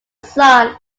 son